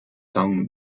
son